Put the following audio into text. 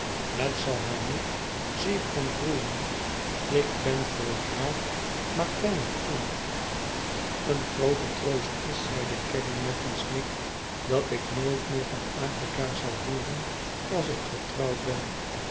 het zal haar niet zeer ontroeren ik ben voor haar maar pen en inkt een groote troost is zeide caddy met oen snik dat ik nooit meer van afrika zal hooren als ik getrouwd ben